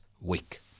week